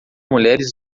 mulheres